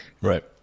right